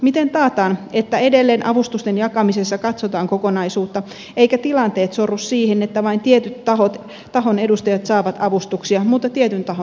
miten taataan että edelleen avustusten jakamisessa katsotaan kokonaisuutta eivätkä tilanteet sorru siihen että vain tietyn tahon edustajat saavat avustuksia mutta tietyn tahon eivät